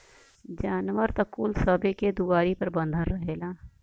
जानवरन त कुल सबे के दुआरी पर बँधल रहेला